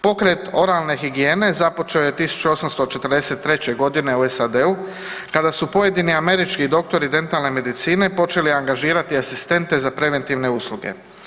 Pokret oralne higijene započeo je 1843. g. u SAD-u kada su pojedini američki doktori dentalne medicine počeli angažirati asistente za preventivne usluge.